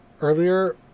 earlier